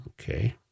Okay